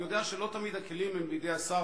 אני יודע שלא תמיד הכלים הם בידי השר